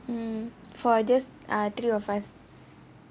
mm for just err three of us